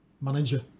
manager